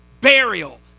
burial